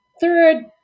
third